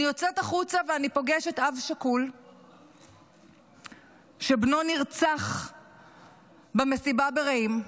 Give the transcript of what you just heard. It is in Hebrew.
אני יוצאת החוצה ואני פוגשת אב שכול שבנו נרצח במסיבה ברעים,